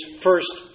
first